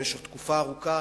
במשך תקופה ארוכה,